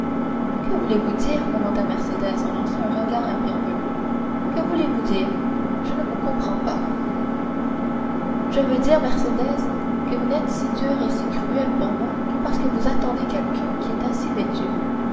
que voulez-vous dire demanda mercédès en lançant un regard impérieux que voulez-vous dire je ne vous comprends pas je veux dire mercédès que vous n'êtes si dure et si cruelle pour moi que parce que vous attendez quelqu'un qui est ainsi vêtu